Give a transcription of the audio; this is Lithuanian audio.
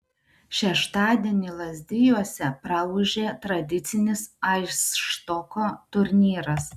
šeštadienį lazdijuose praūžė tradicinis aisštoko turnyras